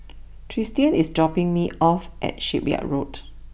Tristian is dropping me off at Shipyard Road